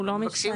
הוא לא משתנה.